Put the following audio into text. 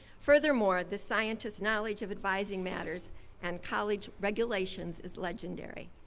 furthermore, this scientist's knowledge of advising matters and college regulations is legendary.